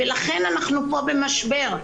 לכן אנחנו פה במשבר,